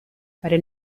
haren